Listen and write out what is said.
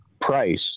price